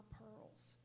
pearls